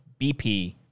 BP